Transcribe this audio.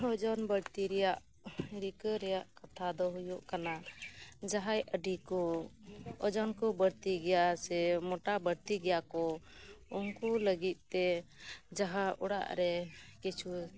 ᱳᱡᱚᱱ ᱵᱟᱹᱲᱛᱤ ᱨᱮᱭᱟᱜ ᱨᱤᱠᱟᱹ ᱨᱮᱭᱟᱜ ᱠᱟᱛᱷᱟ ᱫᱚ ᱦᱩᱭᱩᱜ ᱠᱟᱱᱟ ᱡᱟᱦᱟ ᱟᱹᱰᱤ ᱠᱚ ᱳᱡᱚᱱ ᱠᱚ ᱵᱟᱹᱲᱛᱤ ᱜᱮᱭᱟ ᱥᱮ ᱢᱚᱴᱟ ᱵᱟᱹᱲᱛᱤ ᱜᱮᱭᱟ ᱠᱚ ᱩᱱᱠᱩ ᱞᱟᱹᱜᱤᱫ ᱛᱮ ᱡᱟᱦᱟ ᱚᱲᱟᱜ ᱨᱮ ᱠᱩᱪᱷᱩ